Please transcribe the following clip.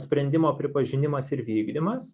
sprendimo pripažinimas ir vykdymas